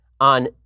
on